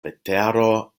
vetero